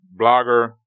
blogger